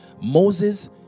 Moses